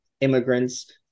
immigrants